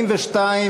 42,